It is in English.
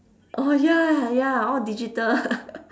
oh ya ya all digital